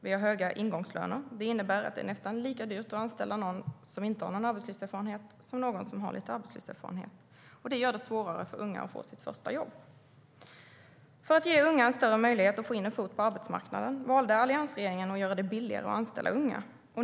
Vi har höga ingångslöner. Det innebär att det är nästan lika dyrt att anställa en person som inte har någon arbetslivserfarenhet som att anställa någon som har lite arbetslivserfarenhet. Det gör det svårare för unga att få sitt första jobb. För att ge unga större möjligheter att få in en fot på arbetsmarknaden valde alliansregeringen att göra det billigare att anställa unga.